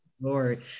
Lord